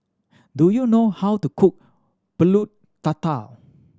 do you know how to cook Pulut Tatal